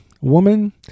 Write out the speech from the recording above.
Woman